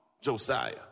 Josiah